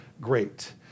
great